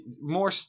more